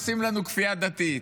עושים לנו כפייה דתית,